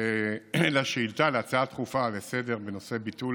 על הצעה דחופה לסדר-היום בנושא ביטול